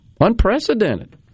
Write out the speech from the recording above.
Unprecedented